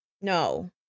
No